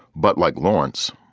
but like lawrence,